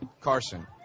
Carson